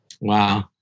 Wow